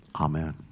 Amen